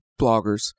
bloggers